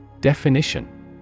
Definition